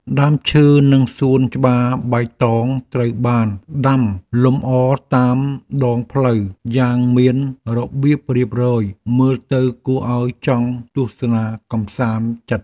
ដើមឈើនិងសួនច្បារបៃតងត្រូវបានដាំលម្អតាមដងផ្លូវយ៉ាងមានរបៀបរៀបរយមើលទៅគួរឱ្យចង់ទស្សនាកម្សាន្តចិត្ត។